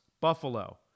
Buffalo